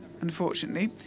unfortunately